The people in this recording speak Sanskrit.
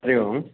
हरिः ओम्